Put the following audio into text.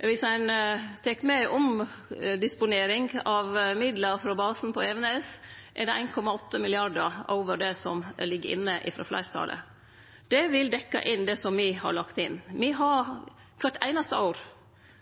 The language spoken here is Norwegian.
Viss ein tek med omdisponering av midlar frå basen på Evenes, er det 1,8 mrd. kr over det som ligg inne frå fleirtalet. Det vil dekkje inn det som me har lagt inn. Me har kvart einaste år